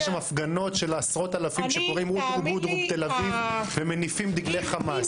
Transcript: יש הפגנות של עשרות אלפים שקוראים -- ומניפים דגלי חמאס.